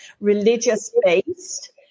religious-based